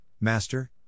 Master